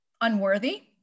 Unworthy